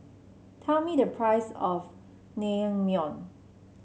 tell me the price of Naengmyeon